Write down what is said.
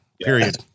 Period